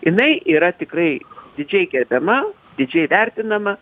jinai yra tikrai didžiai gerbiama didžiai vertinama